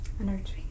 energy